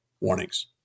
warnings